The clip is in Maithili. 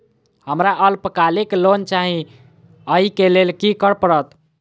हमरा अल्पकालिक लोन चाहि अई केँ लेल की करऽ पड़त?